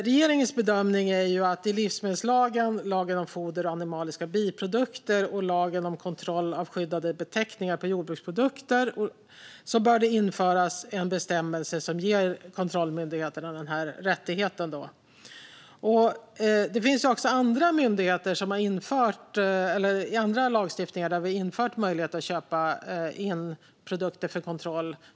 Regeringens bedömning är att det i livsmedelslagen, lagen om foder och animaliska biprodukter och lagen om kontroll av skyddade beteckningar på jordbruksprodukter och livsmedel bör införas en bestämmelse som ger kontrollmyndigheterna den här rättigheten. Det finns andra lagstiftningar där vi har infört möjlighet att köpa in produkter för kontroll.